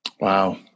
Wow